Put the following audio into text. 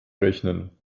rechnen